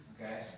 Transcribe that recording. okay